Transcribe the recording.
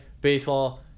baseball